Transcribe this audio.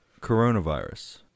coronavirus